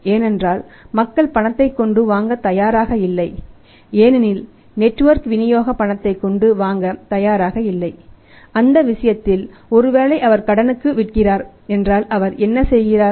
ஏனென்றால் மக்கள் பணத்தை கொண்டு வாங்க தயாராக இல்லை ஏனெனில் நெட்வொர்க் விநியோக பணத்தை கொண்டு வாங்க தயாராக இல்லை அந்த விஷயத்தில் ஒருவேளை அவர் கடனுக்கு விற்கிறார் என்றால் அவர் என்ன செய்கிறார்